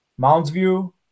Moundsview